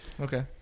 Okay